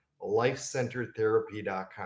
Lifecenteredtherapy.com